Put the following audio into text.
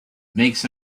makes